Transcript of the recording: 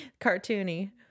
cartoony